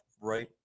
right